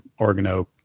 organo